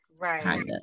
Right